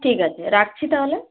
ঠিক আছে রাখছি তাহলে